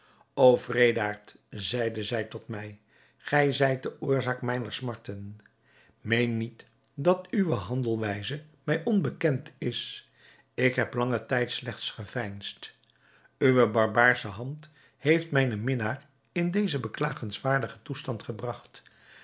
wreedaard zeide zij tot mij gij zijt de oorzaak mijner smarten meen niet dat uwe handelwijze mij onbekend is ik heb langen tijd slechts geveinsd uwe barbaarsche hand heeft mijnen minnaar in dezen beklagenswaardigen toestand gebragt